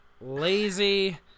lazy